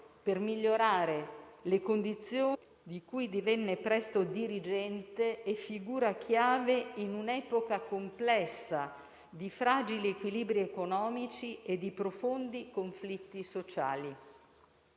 Comunista Italiano, di cui divenne presto dirigente e figura chiave, in un'epoca complessa, di fragili equilibri economici e di profondi conflitti sociali.